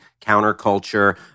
counterculture